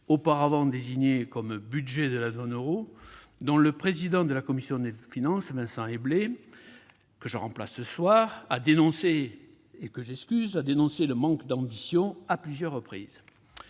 auparavant désigné comme le « budget de la zone euro », dont le président de la commission des finances, Vincent Éblé, que je remplace ce soir, a dénoncé le manque d'ambition à plusieurs reprises.